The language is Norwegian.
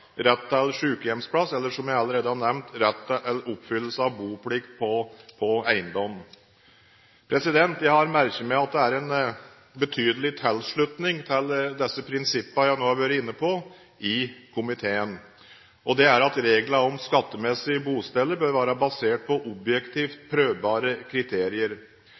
rett til sykehjemsplass, eller, som jeg allerede har nevnt, oppfyllelse av boplikt på eiendom. Jeg har merket meg at det i komiteen er en betydelig tilslutning til de prinsippene som jeg nå har vært inne på, og det går på at reglene om skattemessig bosted bør være basert på objektivt prøvbare kriterier.